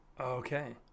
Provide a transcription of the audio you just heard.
okay